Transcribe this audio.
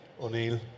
O'Neill